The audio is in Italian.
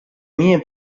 mie